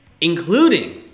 including